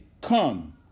come